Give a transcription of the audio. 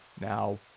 Now